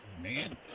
man